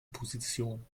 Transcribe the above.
position